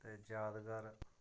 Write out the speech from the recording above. ते यादगार